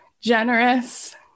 generous